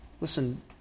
Listen